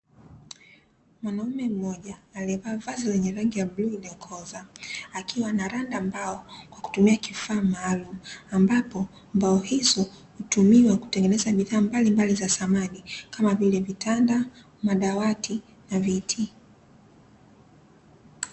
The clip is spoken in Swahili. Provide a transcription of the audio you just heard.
Mwanaume mmoja aliyevaa vazi lenye rangi ya bluu iliyokoza akiwa anaranda mbao kwa kutumia kifaa maalumu; ambapo mbao hizo hutumiwa kutengeneza bidhaa mbalimbali za samani kama vile: vitanda, madawati na viti.